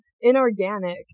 inorganic